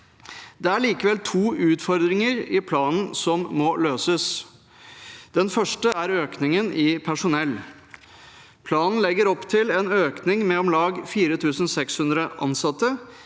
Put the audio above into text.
Det er likevel to utfordringer i planen som må løses. Den første er økningen i personell. Planen legger opp til en økning med om lag 4 600 ansatte,